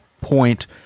point